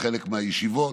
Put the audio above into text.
בחלק מהישיבות,